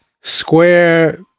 square